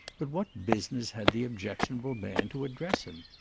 but what business had the objectionable man to address him?